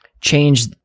change